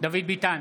דוד ביטן,